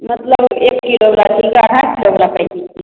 मतलब एक किलो बला